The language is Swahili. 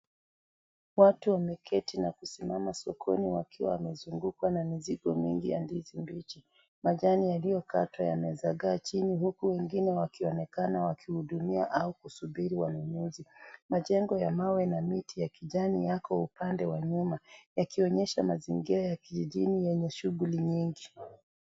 Watu wameketi na kusimama sokoni wakiwa wamezungukwa na mizigo mingi ya ndizi mbichi. Majani yaliyokatwa yamezagaa chini huku wengine wakionekana wakihudumia au kusubiri wanunuzi. Majengo ya mawe na miti ya kijani yako upande wa nyuma yakionyesha mazingira ya kijijini yenye shughuli nyingi.